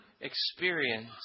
experience